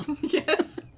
Yes